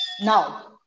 now